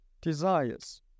desires